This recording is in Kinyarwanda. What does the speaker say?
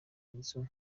inzu